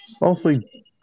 Mostly